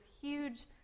huge